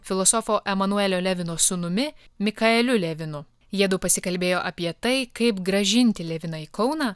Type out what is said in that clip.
filosofo emanuelio levino sūnumi mikaeliu levinu jiedu pasikalbėjo apie tai kaip grąžinti leviną į kauną